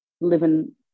living